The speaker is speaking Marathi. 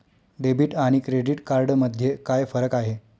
डेबिट आणि क्रेडिट कार्ड मध्ये काय फरक आहे?